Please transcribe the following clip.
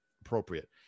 appropriate